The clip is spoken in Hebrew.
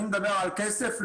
אני מדבר על הכסף.